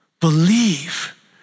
Believe